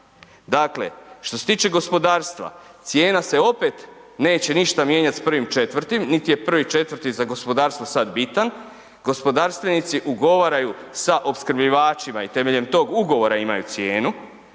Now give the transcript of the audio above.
dakle što se tiče gospodarstva cijena se opet neće ništa mijenjati s 1.4., nit je 1.4. za gospodarstvo sad bitan, gospodarstvenici ugovaraju sa opskrbljivačima i temeljem tog ugovora imaju cijenu,